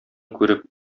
күреп